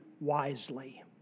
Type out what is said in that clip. wisely